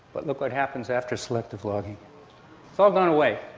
but look what happens after selective logging, it's all gone away,